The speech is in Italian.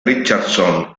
richardson